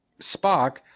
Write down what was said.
Spock